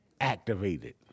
activated